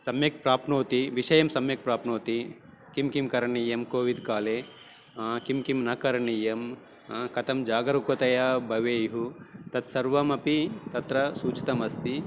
सम्यक् प्राप्नोति विषयं सम्यक् प्राप्नोति किं किं करणीयं कोविद् काले किं किं न करणीयं कतं जागरूकतया भवेयुः तत्सर्वमपि तत्र सूचितमस्ति